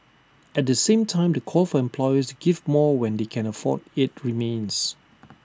at the same time the call for employers to give more when they can afford IT remains